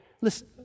Listen